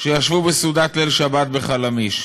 שישבו בסעודת ליל שבת בחלמיש.